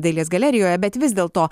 dailės galerijoje bet vis dėl to